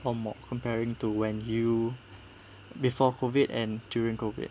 or more comparing to when you before COVID and during COVID